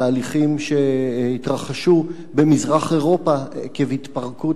תהליכים שהתרחשו במזרח-אירופה עקב התפרקות